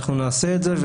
אנחנו נעשה את זה.